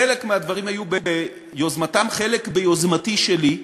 חלק מהדברים היו ביוזמתם, חלק ביוזמתי שלי,